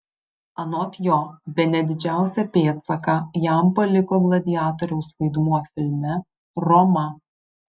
anot jo bene didžiausią pėdsaką jam paliko gladiatoriaus vaidmuo filme roma